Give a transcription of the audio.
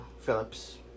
Phillips